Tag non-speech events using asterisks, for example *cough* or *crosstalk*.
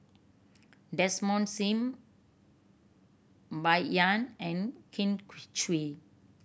Desmond Sim Bai Yan and Kin *unintelligible* Chui